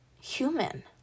human